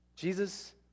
Jesus